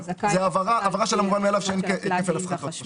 זו הבהרה של המובן מאליו שאין כפל הפחתות.